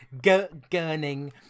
Gurning